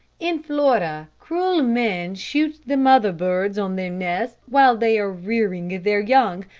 in florida, cruel men shoot the mother birds on their nests while they are rearing their young,